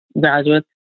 graduates